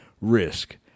risk